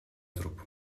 туруп